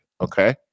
Okay